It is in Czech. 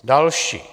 Další.